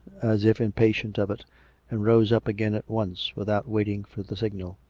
as if impatient of it and rose up again at once without waiting for the signal.